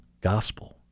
gospel